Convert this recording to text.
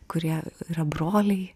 kurie yra broliai